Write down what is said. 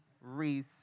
Reese